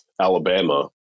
Alabama